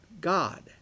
God